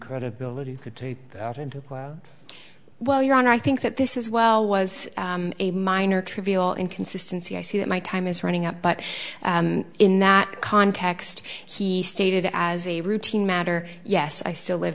incredibility could take that into play while you're on i think that this is well was a minor trivial inconsistency i see that my time is running out but in that context he stated as a routine matter yes i still live